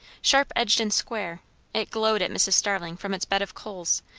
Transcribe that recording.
sharp-edged and square it glowed at mrs. starling from its bed of coals,